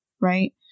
right